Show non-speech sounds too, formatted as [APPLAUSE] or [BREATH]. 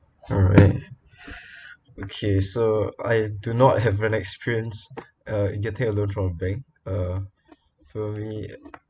alright [BREATH] okay so I do not have an experience uh in getting a loan from bank uh for me